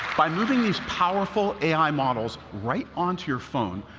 by moving these powerful ai models right onto your phone,